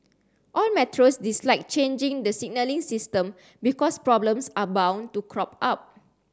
all metros dislike changing the signalling system because problems are bound to crop up